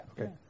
Okay